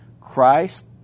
Christ